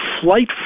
flight